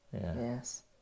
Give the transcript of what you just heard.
Yes